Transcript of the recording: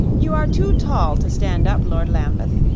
you are too tall to stand up, lord lambeth,